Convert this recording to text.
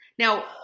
Now